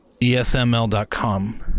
Esml.com